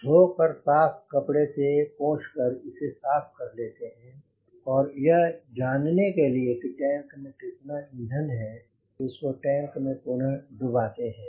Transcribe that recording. धोकर साफ़ कपड़े से पोंछ कर इसे साफ़ कर लेते हैं और यह जानने के लिए टैंक में कितना ईंधन है इसको टैंक में पुनः डुबाते हैं